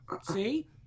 See